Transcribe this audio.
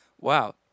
Wow